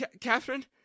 Catherine